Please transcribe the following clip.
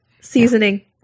Seasoning